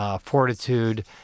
fortitude